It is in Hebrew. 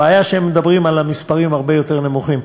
הבעיה היא שהם מדברים על מספרים הרבה יותר נמוכים.